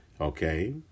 Okay